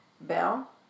bell